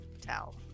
tell